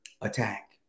attack